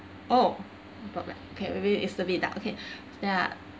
oh okay maybe is a bit lah okay ya